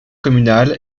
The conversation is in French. communal